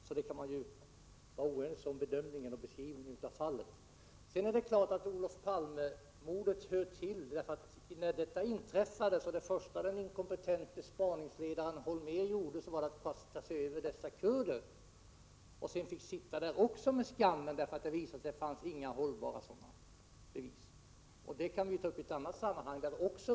Så man kan vara oense om bedömningen och beskrivningen av fallet. Det är klart att mordet på Olof Palme hör till bilden. När mordet begicks var det första som den inkompetente spaningsledaren Holmér gjorde att kasta sig över dessa kurder. Sedan fick han sitta där med skammen, därför att det visade sig att det inte fanns hållbara bevis. Detta kan vi ta upp i ett annat sammanhang.